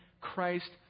Christ